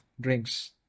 drinks